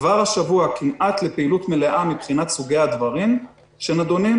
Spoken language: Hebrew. כבר השבוע לפעילות כמעט מלאה מבחינת סוגי הדברים שנדונים,